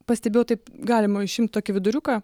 pastebėjau taip galima išimt tokį viduriuką